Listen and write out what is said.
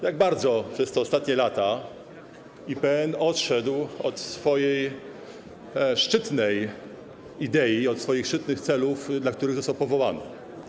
Jak bardzo przez te ostatnie lata IPN odszedł od swojej szczytnej idei, od swoich szczytnych celów, dla których został powołany.